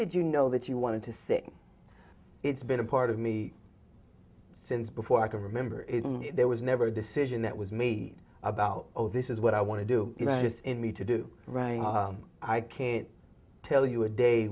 did you know that you wanted to sing it's been a part of me since before i can remember is there was never a decision that was made about oh this is what i want to do that is in me to do right i can't tell you a day